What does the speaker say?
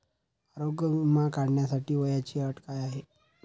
आरोग्य विमा काढण्यासाठी वयाची अट काय आहे?